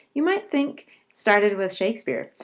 you might think started with shakespeare.